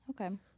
Okay